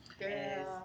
yes